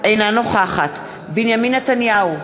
אינה נוכחת בנימין נתניהו,